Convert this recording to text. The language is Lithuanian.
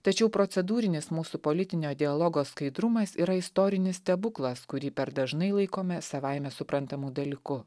tačiau procedūrinis mūsų politinio dialogo skaidrumas yra istorinis stebuklas kurį per dažnai laikome savaime suprantamu dalyku